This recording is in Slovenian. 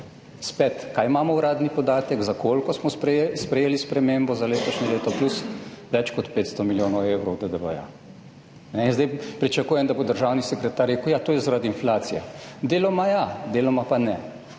Spet, kaj imamo uradni podatek, za koliko smo sprejeli spremembo za letošnje leto? Plus več kot 500 milijonov evrov DDV-JA. In zdaj pričakujem, da bo državni sekretar rekel: »To je zaradi inflacije.« Deloma ja, deloma pa ne,